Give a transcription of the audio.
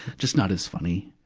just not as funny,